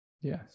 Yes